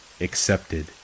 accepted